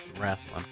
wrestling